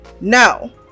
No